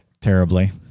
terribly